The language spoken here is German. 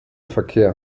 verkehr